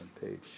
page